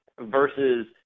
versus